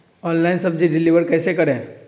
Online सब्जी deliver कैसे करें?